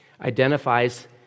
identifies